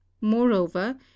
Moreover